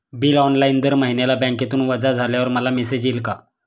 Bill online दर महिन्याला बँकेतून वजा झाल्यावर मला मेसेज येईल का?